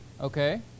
Okay